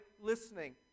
listening